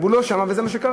הוא לא שם, וזה מה שקרה.